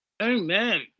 Amen